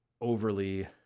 overly